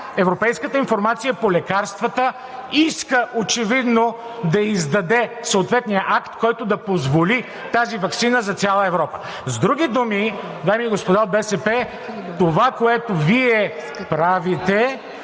Европейската агенция по лекарствата иска очевидно да издаде съответния акт, който да позволи тази ваксина за цяла Европа. С други думи, дами и господа от БСП, това, което Вие правите,